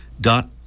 dot